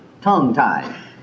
tongue-tied